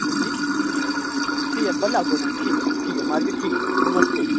हंजी बडलै औह्गा उठी अ'ऊं ठीक ऐ मा'राज ठीक ऐ नमस्ते ठीक